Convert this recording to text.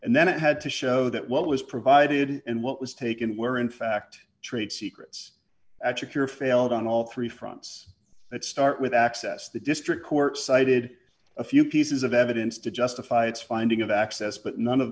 and then it had to show that what was provided and what was taken where in fact trade secrets to cure failed on all three fronts that start with access the district court cited a few pieces of evidence to justify its finding of access but none of